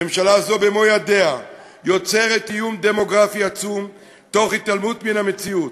הממשלה הזו במו-ידיה יוצרת איום דמוגרפי עצום תוך התעלמות מן המציאות,